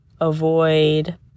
avoid